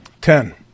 Ten